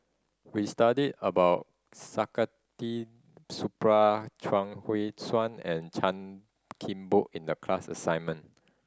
we study about Supaat Chuang Hui Tsuan and Chan Kim Boon in the class assignment